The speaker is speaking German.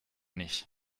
nicht